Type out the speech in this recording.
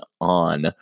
on